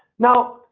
now